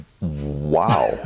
Wow